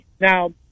Now